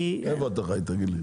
איפה אתה חי, תגיד לי?